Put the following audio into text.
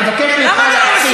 אני אוציא אותך מהאולם.